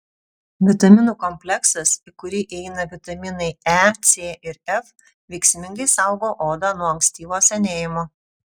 vitaminų kompleksas į kurį įeina vitaminai e c ir f veiksmingai saugo odą nuo ankstyvo senėjimo